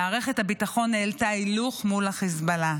מערכת הביטחון העלתה הילוך מול החיזבאללה.